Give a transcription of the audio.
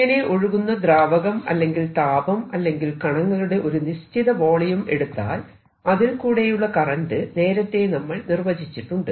ഇങ്ങനെ ഒഴുകുന്ന ദ്രാവകം അല്ലെങ്കിൽ താപം അല്ലെങ്കിൽ കണങ്ങളുടെ ഒരു നിശ്ചിത വോളിയം എടുത്താൽ അതിൽ കൂടെയുള്ള കറന്റ് നേരത്തെ നമ്മൾ നിർവ്വചിച്ചിട്ടുണ്ട്